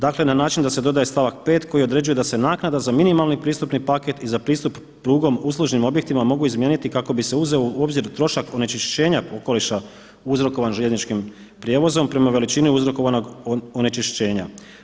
Dakle na način da se dodaje stavak 5. koji određuje da se naknada za minimalni pristupni paket i za pristup prugom uslužnim objektima mogu izmijeniti kako bi se uzeo u obzir trošak onečišćenja okoliša uzrokovan željezničkim prijevozom prema veličini uzrokovanog onečišćenja.